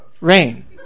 Rain